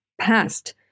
past